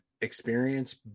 experience